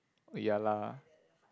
ya lah